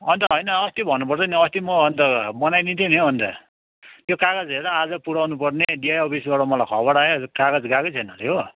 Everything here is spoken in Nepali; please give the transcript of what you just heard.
अनि त हैन अस्ति भन्नुपर्छ नि अस्ति म अनि त बनाइदिन्थेँ नि हौ अनि त यो कागज हेर आज पुर्याउनु पर्ने डिआई अफिसबाट मलाई खबर आयो कागज गएकै छैन अरे हो